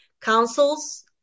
councils